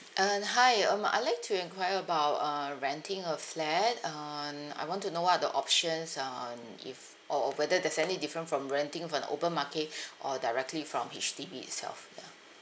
um hi um I'd like to enquire about uh renting a flat um I want to know what are the options um if or or whether there's any different from renting from the open marke~ or directly from H_D_B itself ya